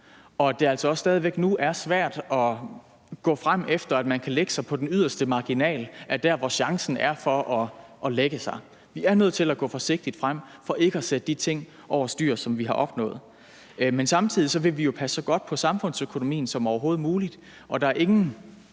det er altså også stadig væk nu svært at gå frem efter at lægge sig på den yderste marginal af der, hvor det er muligt at lægge sig. Vi er nødt til at gå forsigtigt frem for ikke at sætte de ting, vi har opnået, over styr. Men samtidig vil vi jo passe så godt på samfundsøkonomien som overhovedet muligt, og der er ingen,